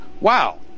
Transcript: wow